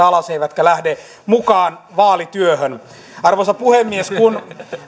alas eivätkä lähde mukaan vaalityöhön arvoisa puhemies kun